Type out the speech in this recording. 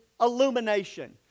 illumination